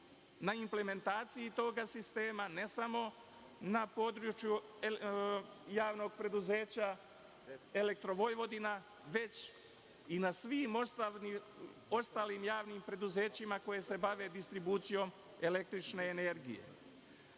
na implementaciji toga sistema, ne samo na području JP „Elektrovojvodina“, već i na svim ostalim javnim preduzećima koja se bave distribucijom električne energije. Ovde